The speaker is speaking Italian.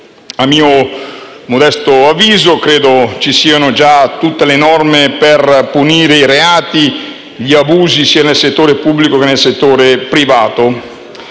A mio modesto avviso, credo ci siano già tutte le norme per punire i reati di abusi sia nel settore pubblico che in quello privato.